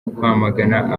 kwamagana